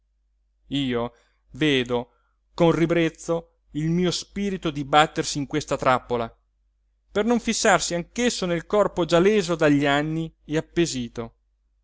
io vedo con ribrezzo il mio spirito dibattersi in questa trappola per non fissarsi anch'esso nel corpo già leso dagli anni e appesito